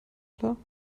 klar